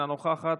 אינה נוכחת,